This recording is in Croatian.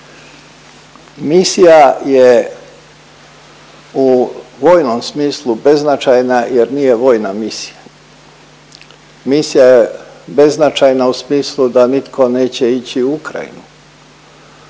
Misija je u vojnom smislu beznačajna jer nije vojna misija. Misija je beznačajna u smislu da nitko neće ići u Ukrajinu